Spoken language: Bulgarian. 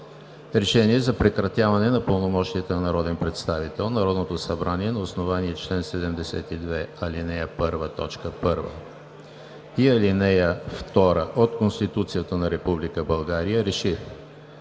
РЕШЕНИЕ за прекратяване на пълномощията на народен представител Народното събрание на основание чл. 72, ал. 1, т. 1 и ал. 2 от Конституцията на Република България РЕШИ: